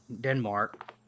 Denmark